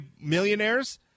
millionaires